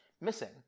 missing